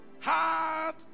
hard